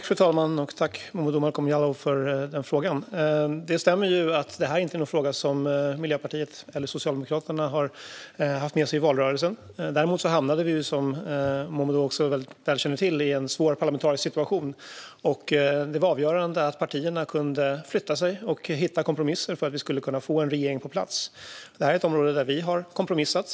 Fru talman! Tack, Momodou Malcolm Jallow, för frågan! Det stämmer att detta inte är någon fråga som vare sig Miljöpartiet eller Socialdemokraterna hade med sig i valrörelsen. Däremot hamnade vi, som Momodou väl känner till, i en väldigt svår parlamentarisk situation. Det var avgörande att partierna kunde förflytta sig och hitta kompromisser för att vi skulle få en regering på plats. Detta är ett område där vi har kompromissat.